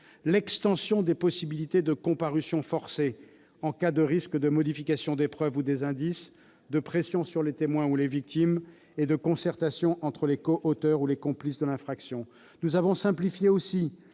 l'extension des possibilités de comparution forcée, en cas de risque de modification des preuves ou des indices, de pressions sur les témoins ou les victimes et de concertation entre les coauteurs ou les complices de l'infraction. Nous avons simplifié